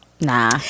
nah